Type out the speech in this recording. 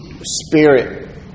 spirit